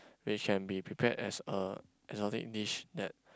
which can be prepared as a exotic dish that